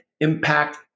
impact